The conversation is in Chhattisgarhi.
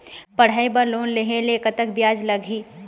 पढ़ई बर लोन लेहे ले कतक ब्याज लगही?